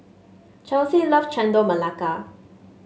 Chelsie love Chendol Melaka